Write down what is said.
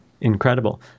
incredible